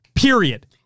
Period